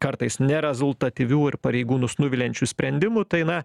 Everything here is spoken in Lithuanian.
kartais nerezultatyvių ir pareigūnus nuviliančių sprendimų tai na